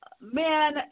Man